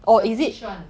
the fish one